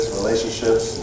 relationships